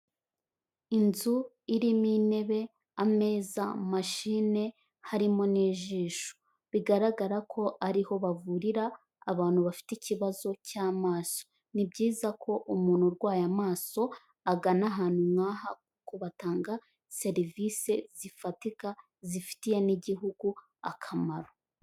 Inzu irimo intebe, ameza, mashine, harimo n'ijisho, bigaragara ko ari ho bavurira abantu bafite ikibazo cy'amaso. Ni byiza ko umuntu urwaye amaso agana ahantu nk'aha kuko batanga serivisi zifatika, zifitiye n'Igihugu akamaro.